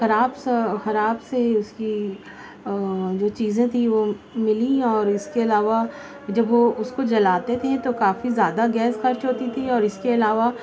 خراب خراب سے ہی اس کی جو چیزیں تھیں وہ ملیں اور اس کے علاوہ جب وہ اس کو جلاتے تھے تو کافی زیادہ گیس خرچ ہوتی تھی اور اس کے علاوہ